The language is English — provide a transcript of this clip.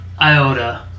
iota